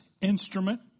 instrument